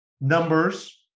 numbers